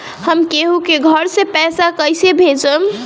हम केहु के घर से पैसा कैइसे भेजम?